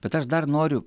bet aš dar noriu